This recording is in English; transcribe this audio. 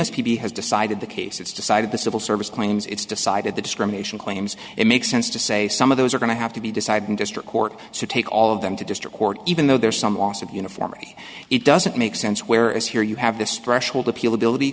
must be has decided the case it's decided the civil service claims it's decided the discrimination claims it makes sense to say some of those are going to have to be decided in district court to take all of them to district court even though there's some loss of uniformity it doesn't make sense where as here you have this threshold appeal ability